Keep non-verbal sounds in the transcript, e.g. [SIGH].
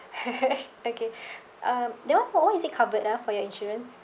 [LAUGHS] okay um that one what is it covered ah for your insurance